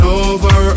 over